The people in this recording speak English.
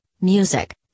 music